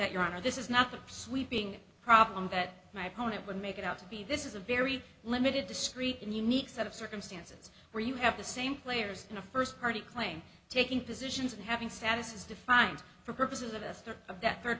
that your honor this is not a sweeping problem that my opponent would make it out to be this is a very limited discreet and unique set of circumstances where you have the same players in a first party claim taking positions and having status as defined for purposes